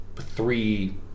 three